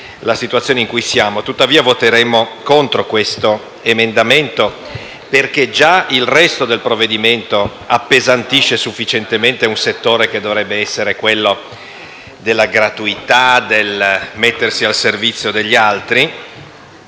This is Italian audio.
la situazione in cui siamo, tuttavia voteremo contro questo emendamento, perché già il resto del provvedimento appesantisce sufficientemente un settore che dovrebbe essere caratterizzato dalla gratuità e dal mettersi al servizio degli altri.